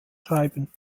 schreiben